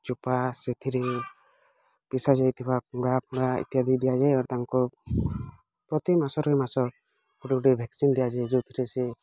ଚୋପା ସେଥିରେ ପିସା ଯାଇଥିବା ପୁଡ଼ା ପୁଡ଼ା ଇତ୍ୟାଦି ଦିଆଯାଏ ଆର୍ ତାଙ୍କୁ ପ୍ରତି ମାସରେ ମାସ ଗୋଟେ ଗୋଟେ ଭ୍ୟାକ୍ସିନ୍ ଦିଆଯାଏ ଯେଉଁଥିରେ ସେ